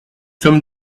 sommes